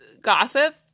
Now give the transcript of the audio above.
gossip